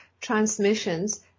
transmissions